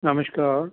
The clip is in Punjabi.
ਨਮਸਕਾਰ